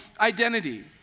identity